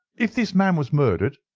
if this man was murdered,